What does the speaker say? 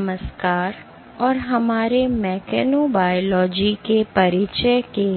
नमस्कार और हमारे मेकेनोबायोलॉजी के परिचय के